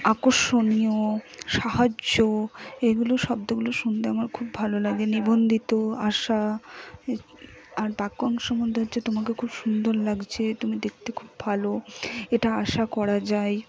আকর্ষণীয় সাহায্য এগুলো শব্দগুলো শুনতে আমার খুব ভালো লাগে নিবন্ধিত আশা আর বাক্য অংশর মধ্যে হচ্ছে তোমাকে খুব সুন্দর লাগছে তুমি দেখতে খুব ভালো এটা আশা করা যায়